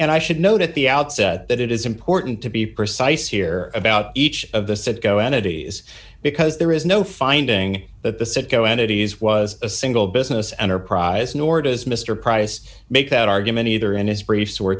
and i should note at the outset that it is important to be precise here about each of the citgo entities because there is no finding that the citgo entities was a single business enterprise nor does mr price make that argument either in his briefs or